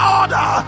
order